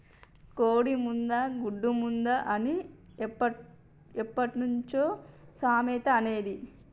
కోడి ముందా, గుడ్డు ముందా అని ఎప్పట్నుంచో సామెత అనేది